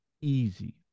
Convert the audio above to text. easy